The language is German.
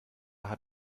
hat